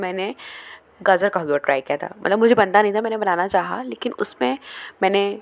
मैंने गाजजर का हलुवा ट्राई किया था मतलब मुझे बनता नहीं था मैंने बनाना चाहा लेकिन उसमें मैंने